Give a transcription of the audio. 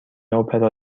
اپرا